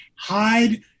Hide